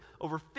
over